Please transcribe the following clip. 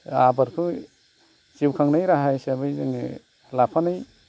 आबादखौ जिउ खांनाय राहा हिसाबै जोङो लाफानाय